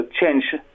change